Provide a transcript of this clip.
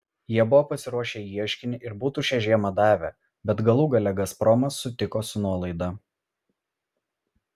jie buvo pasiruošę ieškinį ir būtų šią žiemą davę bet galų gale gazpromas sutiko su nuolaida